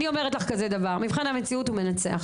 אני אומרת לך כזה דבר, מבחן המציאות הוא מנצח.